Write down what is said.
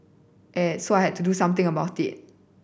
so I had to do something about it